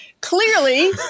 clearly